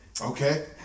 Okay